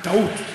זו טעות.